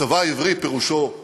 הצבא העברי פירושו חיילים,